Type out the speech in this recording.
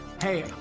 Hey